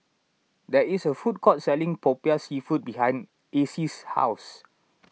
there is a food court selling Popiah Seafood behind Acy's house